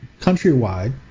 countrywide